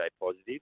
positive